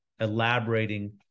elaborating